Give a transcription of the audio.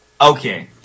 Okay